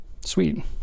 sweet